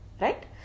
Right